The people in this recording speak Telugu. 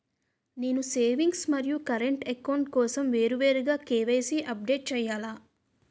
నేను సేవింగ్స్ మరియు కరెంట్ అకౌంట్ కోసం వేరువేరుగా కే.వై.సీ అప్డేట్ చేయాలా?